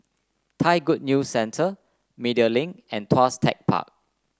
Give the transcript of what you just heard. Thai Good New Centre Media Link and Tuas Tech Park